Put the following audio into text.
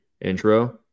Intro